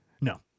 No